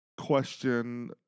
question